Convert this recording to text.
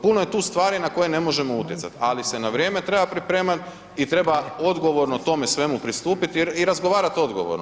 Puno je tu stvari na koje ne može utjecati, ali se na vrijeme treba pripremat i treba odgovorno tome svemu pristupiti i razgovarati odgovorno.